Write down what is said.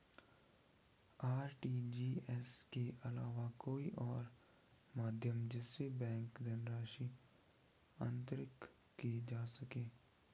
RTGS के अलावा कोई और माध्यम जिससे बैंक धनराशि अंतरित की जा सके?